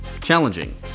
challenging